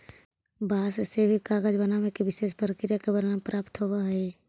बाँस से भी कागज बनावे के विशेष प्रक्रिया के वर्णन प्राप्त होवऽ हई